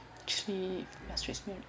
actually frustrates me